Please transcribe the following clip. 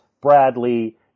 Bradley